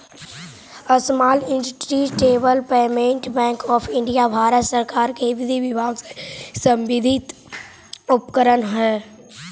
small industries development bank of India Bharat सरकार के विधि विभाग से संबंधित उपक्रम हइ